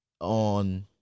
on